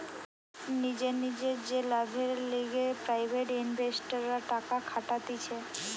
নিজের নিজের যে লাভের লিগে প্রাইভেট ইনভেস্টররা টাকা খাটাতিছে